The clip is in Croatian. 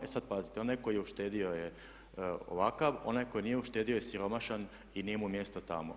E sad pazite, onaj tko je uštedio je ovakav, onaj tko nije uštedio je siromašan i nije mu mjesto tamo.